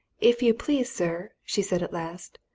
if you please, sir, she said at last,